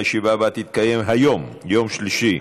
הישיבה הבאה תתקיים היום, יום שלישי,